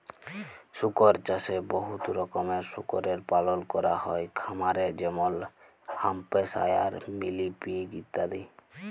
শুকর চাষে বহুত রকমের শুকরের পালল ক্যরা হ্যয় খামারে যেমল হ্যাম্পশায়ার, মিলি পিগ ইত্যাদি